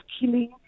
killing